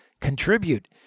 contribute